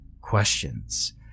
questions